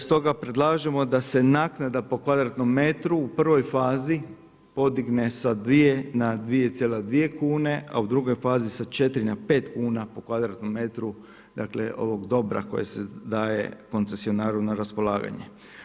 Stoga predlažemo da se naknada po kvadratnom metru u prvoj fazi podigne sa dvije na 2,2 kune, a u drugoj fazi sa 4 na 5 kuna po kvadratnom metru ovog dobra koje se daje koncesionaru na raspolaganje.